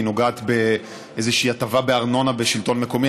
כי היא נוגעת לאיזושהי הטבה בארנונה בשלטון המקומי,